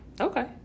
Okay